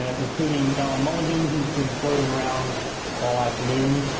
ah including ellen mulligan, who's been floating around all afternoon,